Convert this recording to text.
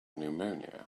pneumonia